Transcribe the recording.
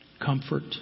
comfort